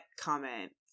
comment